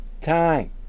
time